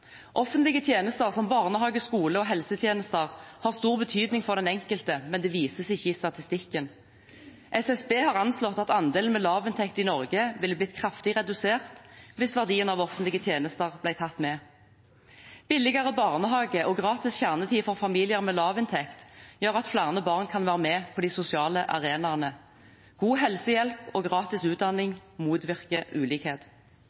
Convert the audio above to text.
Offentlige tjenester som barnehage, skole og helsetjenester har stor betydning for den enkelte, men det vises ikke i statistikken. SSB har anslått at andelen med lavinntekt i Norge ville blitt kraftig redusert hvis verdien av offentlige tjenester ble tatt med. Billigere barnehage og gratis kjernetid for familier med lavinntekt gjør at flere barn kan være med på de sosiale arenaene. God helsehjelp og gratis utdanning motvirker ulikhet.